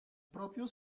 proprio